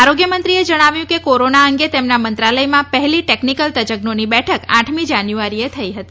આરોગ્યમંત્રીએ જણાવ્યું કે કોરોના અંગે તેમના મંત્રાલયમાં પહેલી ટેકનિકલ તજજ્ઞોની બેઠક આઠમી જાન્યુઆરીએ થઇ હતી